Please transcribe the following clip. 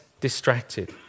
distracted